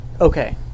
Okay